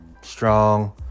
strong